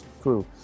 crew